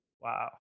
Wow